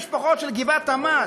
המשפחות של גבעת-עמל,